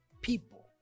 people